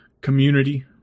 community